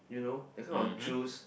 you know that kind of juice